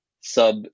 sub